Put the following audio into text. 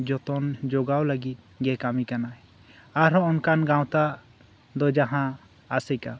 ᱡᱚᱛᱚᱱ ᱡᱚᱜᱟᱣ ᱞᱟᱹᱜᱤᱫ ᱜᱮᱭ ᱠᱟᱹᱢᱤ ᱠᱟᱱᱟ ᱟᱨᱦᱚᱸ ᱚᱱᱠᱟᱢ ᱜᱟᱶᱛᱟ ᱫᱚ ᱡᱟᱦᱟᱸ ᱟᱥᱮᱠᱟ